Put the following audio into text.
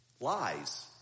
Lies